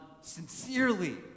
sincerely